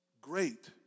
great